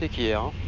you